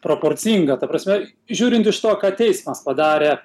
proporcinga ta prasme žiūrint iš to ką teismas padarė